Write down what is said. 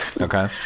Okay